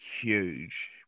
huge